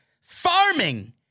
farming